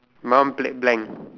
my one blan~blank